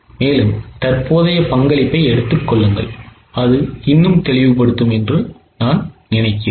எனவே தற்போதைய பங்களிப்பை எடுத்துக் கொள்ளுங்கள் அது இன்னும் தெளிவுபடுத்தும் என்று நான் நினைக்கிறேன்